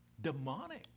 demonic